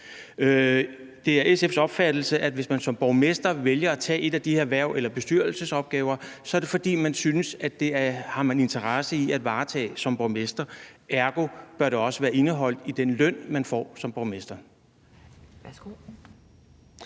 Det er SF's opfattelse, at hvis man som borgmester vælger at tage et af de her hverv eller bestyrelsesopgaver, er det, fordi man synes, at man har interesse i at varetage det som borgmester, ergo bør det også være indeholdt i den løn, man får som borgmester.